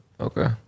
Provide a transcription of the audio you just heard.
okay